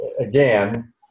Again